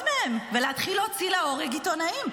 מהם ולהתחיל להוציא להורג עיתונאים.